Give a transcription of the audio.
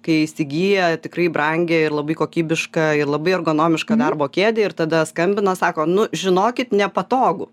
kai įsigyja tikrai brangią ir labai kokybišką ir labai ergonomišką darbo kėdę ir tada skambina sako nu žinokit nepatogu